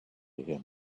him